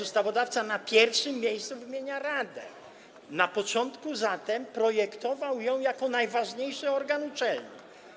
Ustawodawca na pierwszym miejscu wymienia radę, zatem na początku projektował ją jako najważniejszy organ uczelni.